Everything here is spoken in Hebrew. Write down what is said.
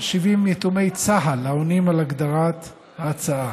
יתומי צה"ל העונים על הגדרת ההצעה,